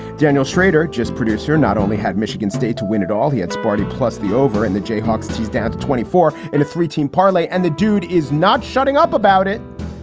daniel shrader, just producer not only had michigan state to win it all, he had sparty plus the over in the jayhawks. he's down to twenty four and a three team parlay and the dude is not shutting up about it.